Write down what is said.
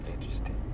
Interesting